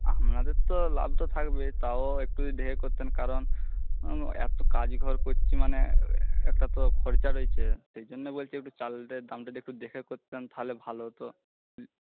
আপনাদের তো লাভ তো থাকবেই তাও একটু যদি দেখে করতেন কারণ এত কাজঘর করছি মানে একটা তো খরচা রয়েছে সেই জন্য বলছি একটু চালটার দামটা যদি একটু দেখে করতেন তাহলে ভালো হতো